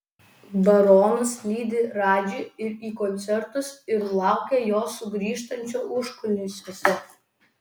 baronas lydi radži ir į koncertus ir laukia jo sugrįžtančio užkulisiuose